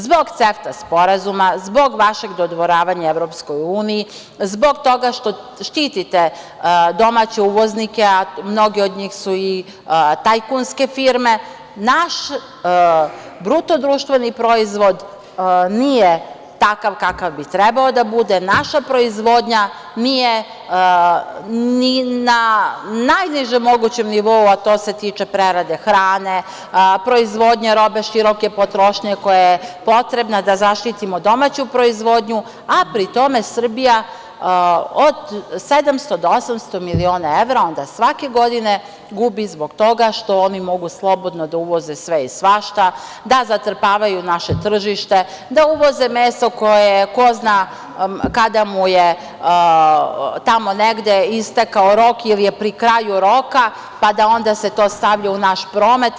Zbog CEFTA sporazuma, zbog vašeg dodvoravanja EU, zbog toga što štitite domaće uvoznike, a mnogi od njih su i tajkunske firme, naš BDP nije takav kakav bi trebalo da bude, naša proizvodnja nije ni na najnižem mogućem nivou, a to se tiče prerade hrane, proizvodnje robe široke potrošnje, koja je potrebna da zaštitimo domaću proizvodnju, a pri tome, Srbija od 700 do 800 miliona evra svake godine gubi zbog toga što oni mogu slobodno da uvoze sve i svašta, da zatrpavaju naše tržište, da uvoze meso koje ko zna kada mu je tamo negde istekao rok ili je pri kraju roka, pa da se to onda stavlja u naš promet.